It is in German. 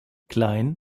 klein